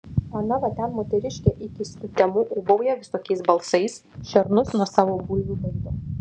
ana va ten moteriškė iki sutemų ūbauja visokiais balsais šernus nuo savo bulvių baido